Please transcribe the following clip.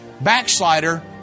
Backslider